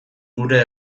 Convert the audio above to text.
gure